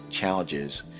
challenges